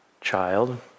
child